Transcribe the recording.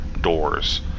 doors